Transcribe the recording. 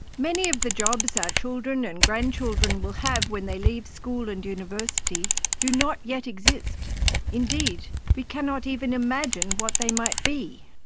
many of the jobs our children and grandchildren will have when they leave school and university do not yet exist indeed, we cannot even imagine what they might be.